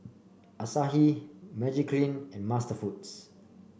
Asahi Magiclean and MasterFoods